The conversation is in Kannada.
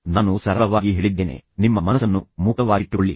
ನಾನು ಸರಳವಾಗಿ ಹೇಳಿದ್ದೇನೆ ನಿಮ್ಮ ಮನಸ್ಸನ್ನು ಮುಕ್ತವಾಗಿಟ್ಟುಕೊಳ್ಳಿ